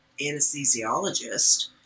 anesthesiologist